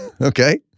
Okay